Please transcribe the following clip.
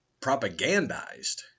propagandized